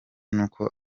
nuko